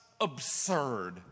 absurd